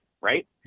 right